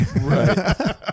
Right